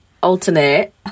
alternate